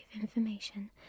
information